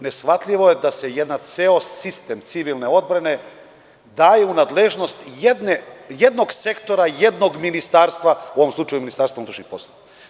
Neshvatljivo da jedan ceo sistem civilne odbrane, da je u nadležnosti jednog sektora, jednog ministarstva, u ovom slučaju MUP.